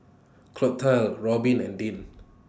Clotilde Robbin and Deann